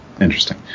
Interesting